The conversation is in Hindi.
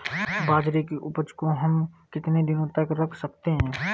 बाजरे की उपज को हम कितने दिनों तक रख सकते हैं?